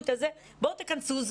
בואו תיכנסו,